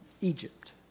Egypt